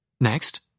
Next